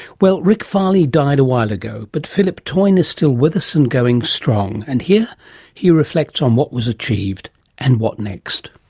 well, rick farley died a while ago, but phillip toyne is still with us and going strong. and here he reflects on what was achieved and what next